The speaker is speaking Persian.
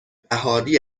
بهاری